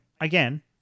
again